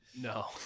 No